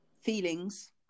feelings